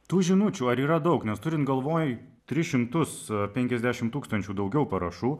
tų žinučių ar yra daug nes turint galvoj tris šimtus penkiasdešimt tūkstančių daugiau parašų